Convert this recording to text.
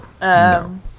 no